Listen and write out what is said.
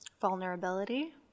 Vulnerability